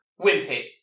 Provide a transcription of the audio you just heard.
Wimpy